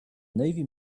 navy